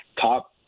top